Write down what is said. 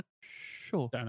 Sure